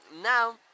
now